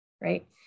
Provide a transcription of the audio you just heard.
right